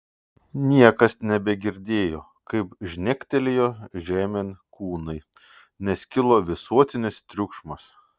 niekas nebegirdėjo kaip žnektelėjo žemėn kūnai nes kilo visuotinis triukšmas